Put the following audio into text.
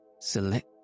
select